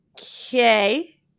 okay